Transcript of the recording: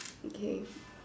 okay